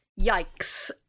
yikes